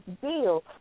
deal